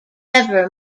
ever